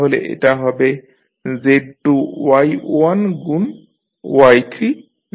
তাহলে এটা হবে Z2 Y1 গুণ Y3 Z4